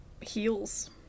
Heels